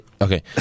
Okay